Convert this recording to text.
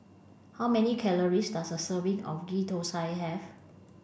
how many calories does a serving of Ghee Thosai have